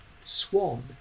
Swan